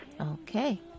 Okay